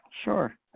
Sure